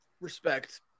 respect